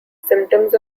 symptoms